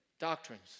doctrines